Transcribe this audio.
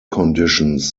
conditions